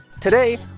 Today